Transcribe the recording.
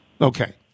Okay